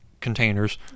containers